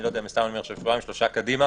נניח שבועיים-שלושה קדימה